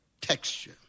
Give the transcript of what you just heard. texture